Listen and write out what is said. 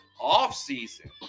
offseason